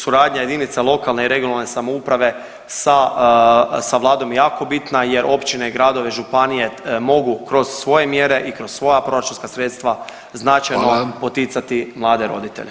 Suradnja jedinica lokalne i regionalne samouprave sa, sa vladom je jako bitna jer općine, gradove i županije mogu kroz svoje mjere i kroz svoja proračunska sredstva značajno [[Upadica: Hvala.]] poticati mlade roditelje.